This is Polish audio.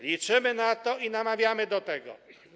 Liczymy na to i namawiamy do tego.